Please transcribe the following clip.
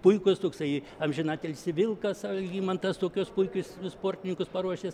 puikus toksai amžinatilsį vilkas algimantas tokius puikius vis sportininkus paruošęs